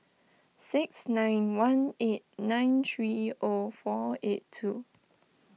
six nine one eight nine three O four eight two